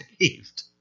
saved